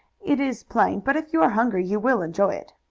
it is plain, but if you are hungry you will enjoy it.